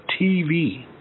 TV